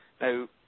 Now